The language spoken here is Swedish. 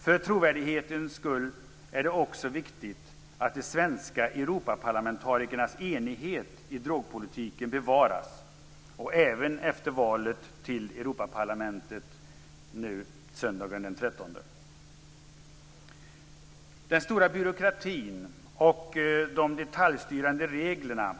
För trovärdighetens skull är det också viktigt att de svenska Europaparlamentarikernas enighet i drogpolitiken bevaras - Den stora byråkratin och de detaljstyrande reglerna